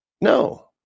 No